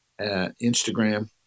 Instagram